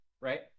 right